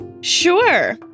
Sure